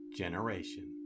generation